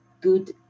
good